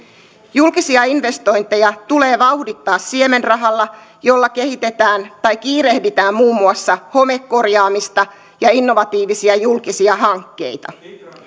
julkisia investointeja tulee vauhdittaa siemenrahalla jolla kehitetään tai kiirehditään muun muassa homekorjaamista ja innovatiivisia julkisia hankkeita